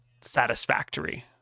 satisfactory